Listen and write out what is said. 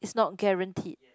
is not guaranteed